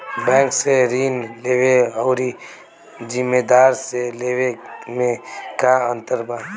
Bank से ऋण लेवे अउर जमींदार से लेवे मे का अंतर बा?